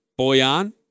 Boyan